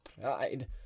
Pride